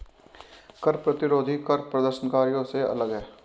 कर प्रतिरोधी कर प्रदर्शनकारियों से अलग हैं